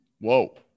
Whoa